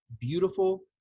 beautiful